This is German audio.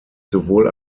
sowohl